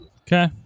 Okay